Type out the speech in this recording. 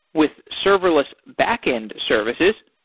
with serverless backend services,